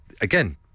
Again